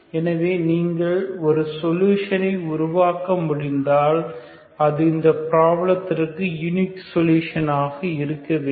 எனவே நீங்கள் ஒரு சொலுஷன் ஐ உருவாக்க முடிந்தால் அது இந்த பிராப்ளதிற்க்கு யுனிக் சொலுஷன் ஆக இருக்க வேண்டும்